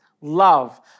love